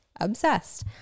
obsessed